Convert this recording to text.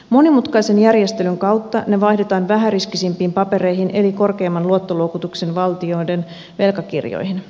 monimutkaisen järjestelyn kautta ne vaihdetaan vähäriskisempiin papereihin eli korkeimman luottoluokituksen valtioiden velkakirjoihin